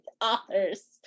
authors